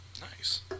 Nice